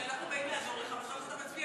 שאנחנו באים לעזור לך, מצביע